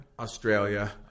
Australia